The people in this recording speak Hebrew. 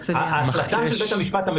לפרוטוקול שעמדת הייעוץ המשפטי של הוועדה.